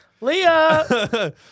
Leah